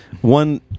one